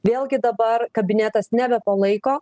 vėlgi dabar kabinetas nebepalaiko